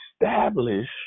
establish